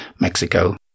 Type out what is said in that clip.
Mexico